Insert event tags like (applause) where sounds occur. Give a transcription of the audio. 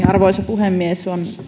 (unintelligible) arvoisa puhemies on